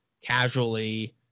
casually